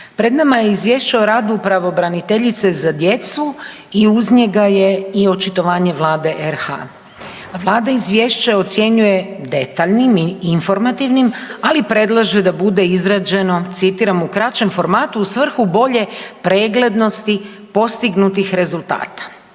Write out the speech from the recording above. Pred nama je Izvješće o radu pravobraniteljice za djecu i uz njega je i očitovanje Vlade RH. Vlada Izvješće ocjenjuje detaljnim i informativnim, ali predlaže da bude izrađeno, citiram, u kraćem formatu u svrhu bolje preglednosti postignutih rezultata.